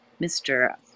Mr